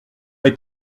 est